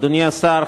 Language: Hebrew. אדוני השר,